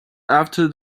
after